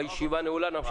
הישיבה נעולה,